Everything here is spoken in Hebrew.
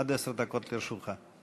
עד עשר דקות לרשותך.